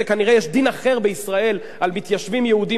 כנראה יש דין אחד בישראל על מתיישבים יהודים